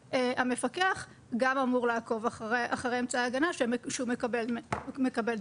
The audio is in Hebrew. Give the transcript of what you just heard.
המפקח גם אמור לעקוב אחר אמצעי הגנה עליהם הוא מקבל דיווחים.